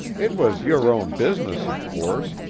it was your own business, of course,